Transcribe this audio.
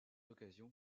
occasion